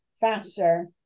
faster